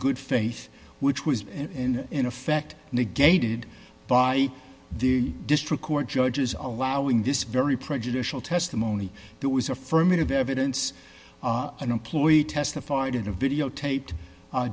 good faith which was in in effect negated by the district court judges are allowing this very prejudicial testimony that was affirmative evidence and employee testified in a videotaped